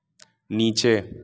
नीचे